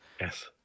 Yes